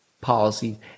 policies